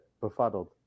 befuddled